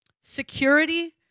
Security